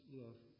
love